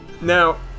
Now